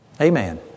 Amen